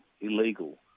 illegal